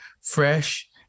fresh